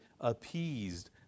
appeased